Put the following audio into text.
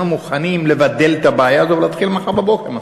מוכנים לבדל את הבעיה הזאת ולהתחיל מחר בבוקר משא-ומתן.